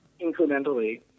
incrementally